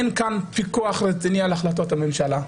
אין כאן פיקוח רציני על החלטות הממשלה.